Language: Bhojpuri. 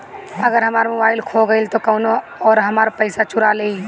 अगर हमार मोबइल खो गईल तो कौनो और हमार पइसा चुरा लेइ?